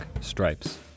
Stripes